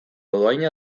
dohaina